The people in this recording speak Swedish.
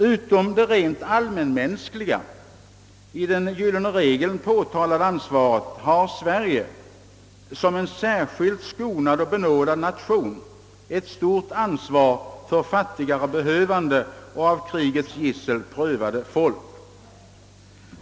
Utom det rent allmänmänskliga i »den gyllene regeln» påtalade ansvaret har Sverige som en särskilt skonad och benådad nation ett stort ansvar för fattiga och behövande och av krigets gissel prövade folk.